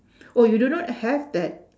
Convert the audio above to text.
oh you do not have that